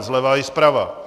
Zleva i zprava.